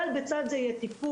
אבל בצד זה יהיה טיפול,